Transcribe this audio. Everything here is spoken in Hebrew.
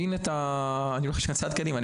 אני הולך צעד קדימה,